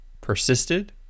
persisted